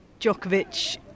Djokovic